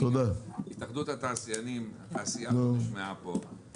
אני מהתאחדות התעשיינים, לא שמעתם אותנו.